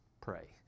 pray